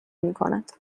میکند